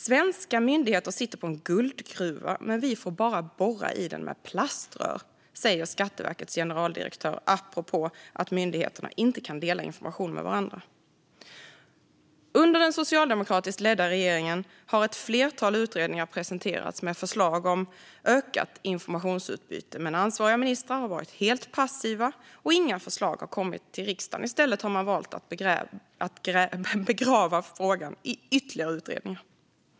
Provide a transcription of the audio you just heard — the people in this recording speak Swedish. Svenska myndigheter sitter på en guldgruva, men vi får bara borra i den med plaströr, säger Skatteverkets generaldirektör apropå att myndigheterna inte kan dela information med varandra. Under den socialdemokratiskt ledda regeringen har ett flertal utredningar presenterats med förslag om ökat informationsutbyte. Men ansvariga ministrar har varit helt passiva, och inga förslag har kommit till riksdagen. I stället har man valt att begrava frågan i ytterligare utredningar.